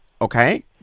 okay